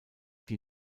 die